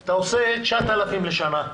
אתה עושה 9,000 לשנה,